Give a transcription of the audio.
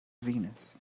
venus